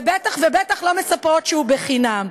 ובטח ובטח לא מספרות שהוא חינם.